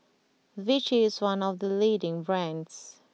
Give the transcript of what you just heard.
Vichy is one of the leading brands